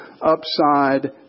upside